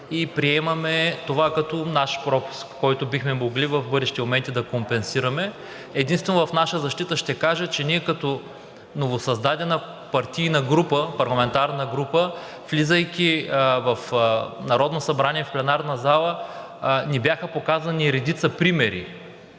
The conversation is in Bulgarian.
и приемаме това като наш пропуск, който бихме могли в бъдещи моменти да компенсираме. Единствено в наша защита ще кажа, че ние като новосъздадена партийна група, парламентарна група, влизайки в Народното събрание, в пленарната зала ни бяха показани редица примери